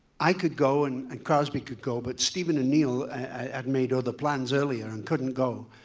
i could go and and crosby could go, but steven and neil had made other plans earlier and couldn't go.